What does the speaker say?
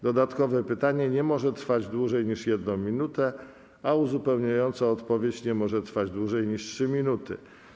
Dodatkowe pytanie nie może trwać dłużej niż 1 minutę, a uzupełniająca odpowiedź nie może trwać dłużej niż 3 minuty.